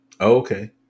okay